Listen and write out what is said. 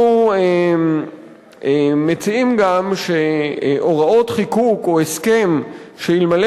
אנחנו מציעים גם שהוראות חיקוק או הסכם שאלמלא